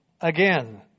again